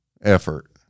effort